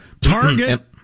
Target